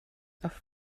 auf